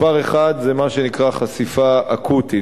מספר אחד זה מה שנקרא חשיפה אקוטית.